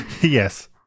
Yes